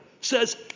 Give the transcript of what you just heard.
says